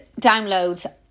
downloads